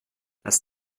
das